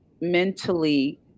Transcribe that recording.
mentally